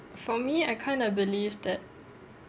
for me I kind of believed that